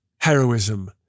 heroism